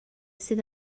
sydd